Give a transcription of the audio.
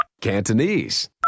Cantonese